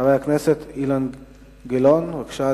חבר הכנסת אילן גילאון, בבקשה,